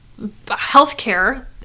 Healthcare